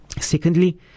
Secondly